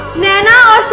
naina